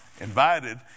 invited